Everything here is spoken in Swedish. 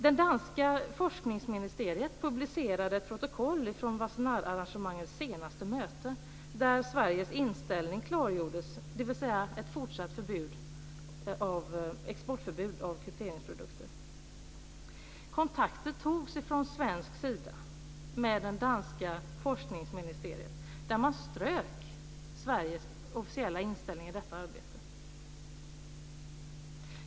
Det danska Forskningsministeriet publicerade ett protokoll från Wassenaararrangemangets senaste möte, där Sveriges inställning klargjordes, dvs. ett fortsatt exportförbud för krypteringsprodukter. Kontakter togs från svensk sida med det danska Forskningsministeriet, där man strök Sveriges officiella inställning i detta arbete.